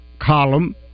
column